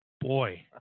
Boy